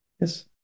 Yes